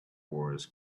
wars